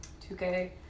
2K